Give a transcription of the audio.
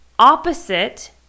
opposite